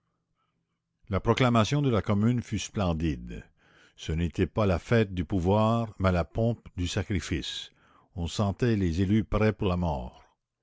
la proclamation de la commune fut splendide ce n'était pas la fête du pouvoir mais la pompe du sacrifice on sentait les élus prêts pour la mort